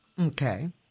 Okay